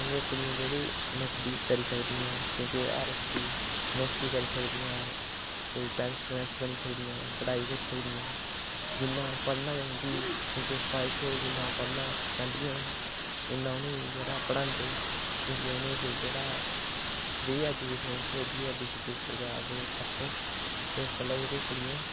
क्योंकि कुड़ियां जेह्ड़ी नौकरी करी सकदियां क्योंकि हर इक फील्ड च नौकरी करी सकदियां कोई पैंच सरपैंच बनी सकदियां पढ़ाई करी सकदियां जि'न्ना पढ़ना ऐ उं'दी ख्बाहिश ऐ जि'न्ना ओह् पढ़ना चाहंदियां न उ'न्ना उ'नें ई जेह्ड़ा पढ़ांदे क्योंकि उ'नें ई जेह्ड़ा फ्री एजुकेशन थ्होई दी एह् बी जे पी सरकार दे तरफों ते इस गल्ला जेह्ड़ियां कुड़ियां